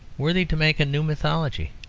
worthy to make a new mythology.